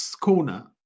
corner